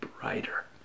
brighter